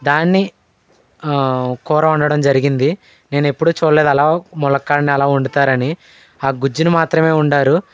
దాన్ని కూర వండటం జరిగింది నేను ఎప్పుడూ చూడలేదు అలా మునక్కాడలని అలా వండుతారని ఆ గుజ్జును మాత్రమే వండారు